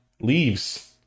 leaves